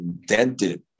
indented